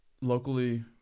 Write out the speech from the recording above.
locally